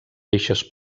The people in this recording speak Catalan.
eixes